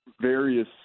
various